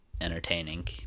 entertaining